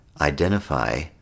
identify